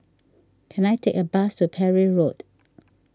can I take a bus to Parry Road